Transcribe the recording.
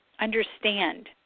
understand